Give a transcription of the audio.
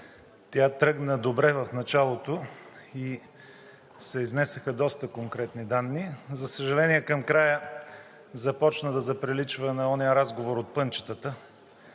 Тя тръгна добре в началото и се изнесоха доста конкретни данни. За съжаление, към края започна да заприличва на онзи разговор от пънчетата